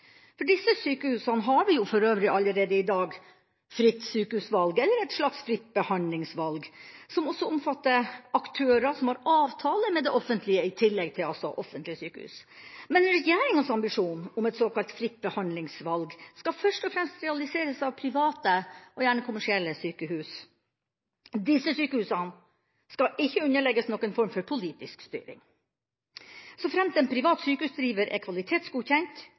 For disse sykehusene har vi jo for øvrig allerede i dag «fritt sykehusvalg» – eller et slags fritt behandlingsvalg – som også omfatter aktører som har avtale med det offentlige, i tillegg til altså offentlige sykehus. Men regjeringas ambisjon om et såkalt fritt behandlingsvalg skal først og fremst realiseres av private – gjerne kommersielle – sykehus. Disse sykehusene skal ikke underlegges noen form for politisk styring. Såfremt en privat sykehusdriver er kvalitetsgodkjent,